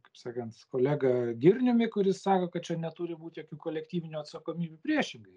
kaip sakant kolega girniumi kuris sako kad čia neturi būt jokių kolektyvinių atsakomybių priešingai